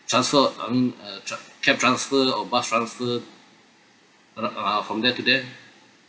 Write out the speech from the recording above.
transfer I mean a tra~ cab transfer or bus transfer from uh from there to there